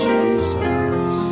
Jesus